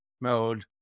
mode